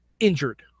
injured